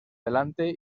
delante